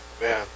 Man